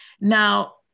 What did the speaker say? Now